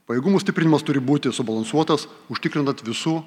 pajėgumų stiprinimas turi būti subalansuotas užtikrinant visų